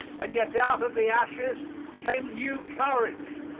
and yet out of the ashes came new courage.